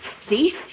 See